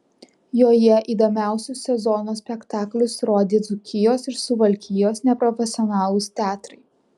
joje įdomiausius sezono spektaklius rodė dzūkijos ir suvalkijos neprofesionalūs teatrai